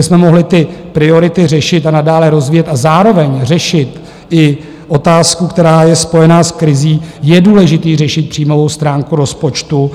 Abychom mohli ty priority řešit a nadále rozvíjet a zároveň řešit i otázku, která je spojená s krizí, je důležité řešit příjmovou stránku rozpočtu.